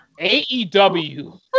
AEW